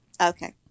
Okay